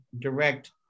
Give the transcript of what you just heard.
direct